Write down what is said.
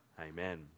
Amen